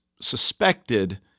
suspected